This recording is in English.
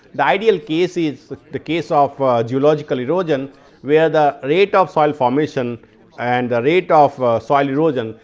the ideal case is the the case ah of geological erosion where the rate of soil formation and the rate of soil erosion,